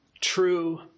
true